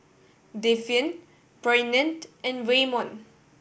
Devyn Bryant and Waymon